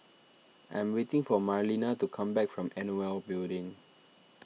I am waiting for Marlena to come back from Nol Building